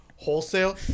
Wholesale